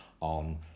on